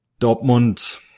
Dortmund